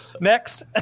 Next